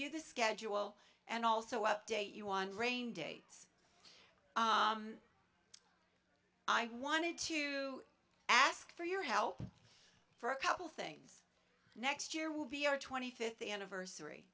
you the schedule and also update you on rain dates i wanted to ask for your help for a couple things next year will be our twenty fifth anniversary